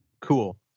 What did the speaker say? Cool